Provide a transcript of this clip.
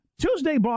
Tuesday